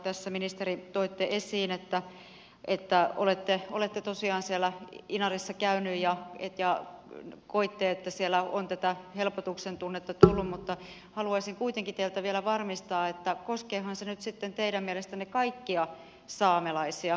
tässä ministeri toitte esiin että olette tosiaan siellä inarissa käynyt ja koitte että siellä on tätä helpotuksen tunnetta tullut mutta haluaisin kuitenkin teiltä vielä varmistaa että koskeehan se nyt sitten teidän mielestänne kaikkia saamelaisia